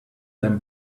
them